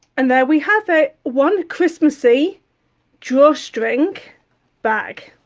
and there we have ah one christmassy drawstring bag